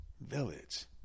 village